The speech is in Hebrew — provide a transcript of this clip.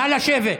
נא לשבת.